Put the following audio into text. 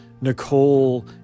Nicole